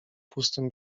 pustym